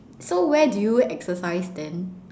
so where do you exercise then